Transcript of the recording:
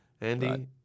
Andy